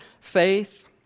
faith